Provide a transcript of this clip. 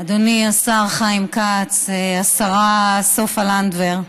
אדוני השר חיים כץ, השרה סופה לנדבר,